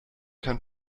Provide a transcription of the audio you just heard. kein